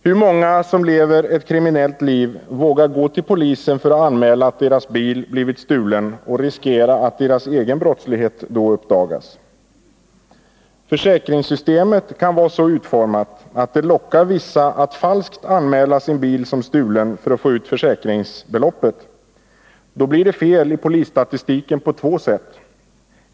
Hur många av dem som lever ett kriminellt liv vågar gå till polisen för att anmäla att deras bil blivit stulen och riskera att deras egen brottslighet uppdagas? Försäkringssystemet kan vara så utformat att det lockar vissa att falskt anmäla sin bil som stulen för att få ut försäkringsbeloppet. Då blir det fel i polisstatistiken på två sätt.